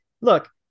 look